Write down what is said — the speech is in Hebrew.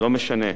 לא משנה,